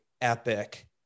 epic